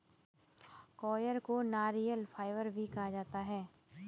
coir को नारियल fibre भी कहा जाता है